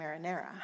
marinara